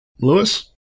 Lewis